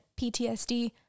PTSD